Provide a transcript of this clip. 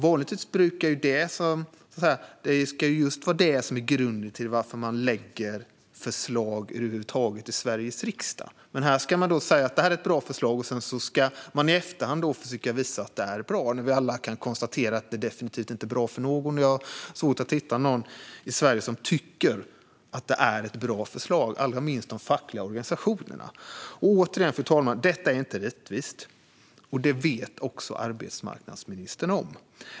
Vanligtvis brukar det vara grunden för att man över huvud taget lägger fram förslag i Sveriges riksdag. Men här säger man att det är ett bra förslag och ska i efterhand försöka visa att det är bra - när vi alla kan konstatera att det definitivt inte är bra för någon. Jag har svårt att hitta någon i Sverige som tycker att detta är ett bra förslag, allra minst de fackliga organisationerna. Fru talman! Återigen: Detta är inte rättvist - och det vet arbetsmarknadsministern.